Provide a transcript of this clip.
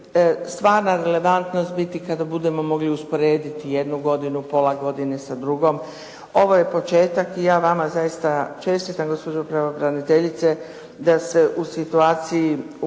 stvarna relevantnost biti kada budemo mogli usporediti jednu godinu, pola godine sa drugom. Ovo je početak i ja vama zaista čestitam gospođo pravobraniteljice da se u situaciji u kojoj